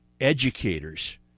educators